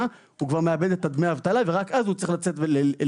הוא כבר מאבד את דמי האבטלה ורק אז הוא צריך לצאת ללימודים,